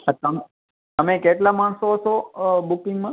તમે તમે કેટલા માણસો છો અ બુકિંગમાં